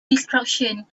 destruction